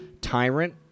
Tyrant